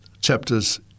chapters